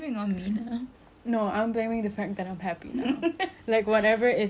like whatever is on the scale doesn't matter cause previously I was like a